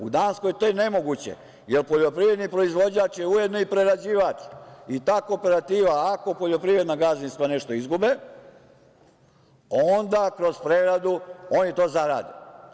U Danskoj to je nemoguće, jer poljoprivredni proizvođač je ujedno i prerađivač i ta kooperativa, ako poljoprivredna gazdinstva nešto izgube, onda kroz preradu oni to zarade.